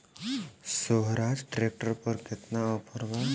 सोहराज tractor पर केतना offer बा?